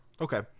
Okay